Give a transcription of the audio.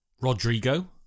Rodrigo